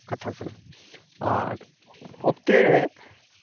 ᱠᱟᱛᱷᱟ ᱠᱟᱱᱟ ᱟᱨ ᱚᱠᱛᱮ ᱨᱮ